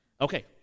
Okay